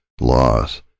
loss